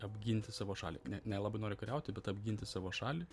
apginti savo šalį ne ne labai nori kariauti bet apginti savo šalį